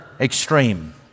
extreme